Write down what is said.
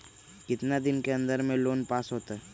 कितना दिन के अन्दर में लोन पास होत?